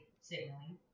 signaling